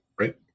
right